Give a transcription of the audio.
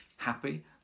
happy